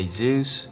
Jesus